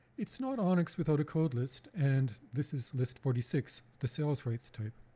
it's not onix without a code list and this is list forty six the sales rights type.